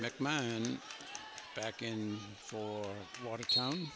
mcmahon back in for watertown